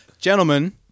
Gentlemen